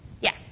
Yes